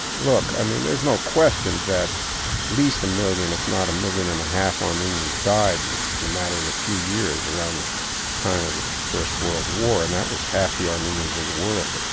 look, i mean, there's no question that at least a million if not a million and a half armenians died in in a matter of a few years, around the time of the first world war. and that was half the armenians in the world.